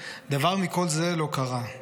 // דבר מכל זה לא קרה /